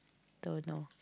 don't know